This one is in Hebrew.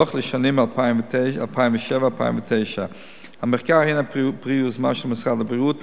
דוח לשנים 2007 2009. המחקר הוא פרי יוזמה של משרד הבריאות,